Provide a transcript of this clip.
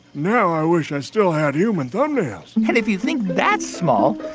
now i wish i still had human thumbnails and if you think that's small,